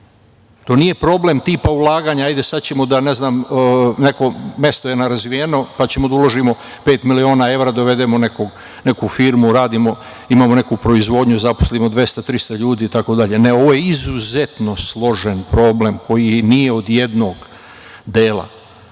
To nije problem tipa ulaganja - neko mesto je nerazvijeno, pa ćemo da uložimo pet miliona evra, dovedemo neku firmu, da radimo, imamo neku proizvodnju, zaposlimo 200,300 ljudi, itd. Ne, ovo je izuzetno složen problem koji nije od jednog dela,